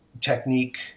technique